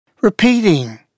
repeating